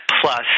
plus